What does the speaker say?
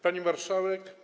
Pani Marszałek!